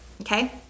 okay